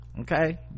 okay